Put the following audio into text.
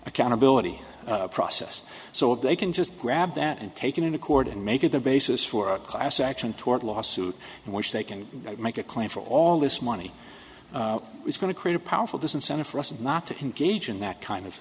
accountability process so they can just grab that and taken into court and make it the basis for a class action tort law suit which they can make a claim for all this money is going to create a powerful disincentive for us not to engage in that kind of